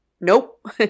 nope